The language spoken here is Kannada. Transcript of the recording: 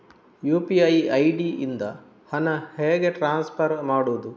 ಯು.ಪಿ.ಐ ಐ.ಡಿ ಇಂದ ಹಣ ಹೇಗೆ ಟ್ರಾನ್ಸ್ಫರ್ ಮಾಡುದು?